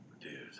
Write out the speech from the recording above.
dude